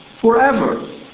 forever